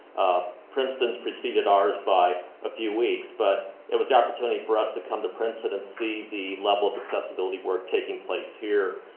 princeton has preceded ours by a few weeks, but it was the opportunity for us to come to princeton and see the level of accessibility work taking place here,